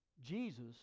Jesus